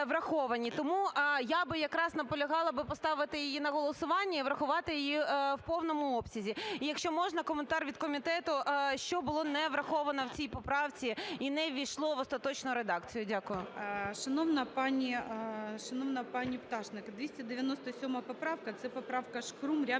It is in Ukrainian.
Тому я би якраз наполягала поставити її на голосування і врахувати її в повному обсязі. І якщо можна, коментар від комітету. Що було не враховано в цій поправці і не ввійшло в остаточну редакцію? Дякую. ГОЛОВУЮЧИЙ. Шановна пані Пташник, 297 поправка – це поправка Шкрум, Рябчина